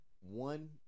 one